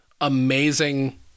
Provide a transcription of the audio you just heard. amazing